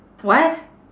what